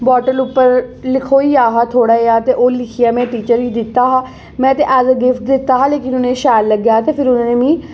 पर बाटल उप्पर लिखोई गेआ हा थोह्ड़ा जेहा ते ओह् लिखियै में टीचरस डेऽ उप्पर दित्ता हा में ते ऐज ए गिफ्ट दिता हा उ'नें गी शैल लग्गेआ हा ते फ्ही मी उ'नें